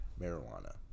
marijuana